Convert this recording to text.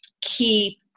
keep